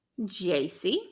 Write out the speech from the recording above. JC